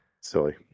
silly